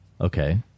Okay